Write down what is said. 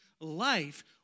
life